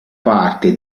parte